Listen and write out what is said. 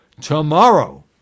tomorrow